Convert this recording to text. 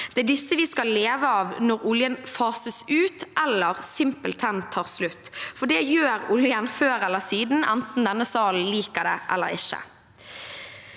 Det er disse vi skal leve av når oljen fases ut eller simpelthen tar slutt, for det gjør oljen før eller siden, enten denne salen liker det eller ikke.